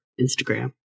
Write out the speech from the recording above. Instagram